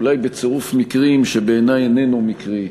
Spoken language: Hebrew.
אולי בצירוף מקרים שבעיני איננו מקרי,